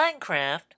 Minecraft